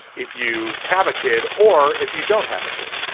if you have a kid or if you don't have a kid,